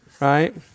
right